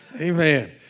Amen